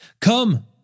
Come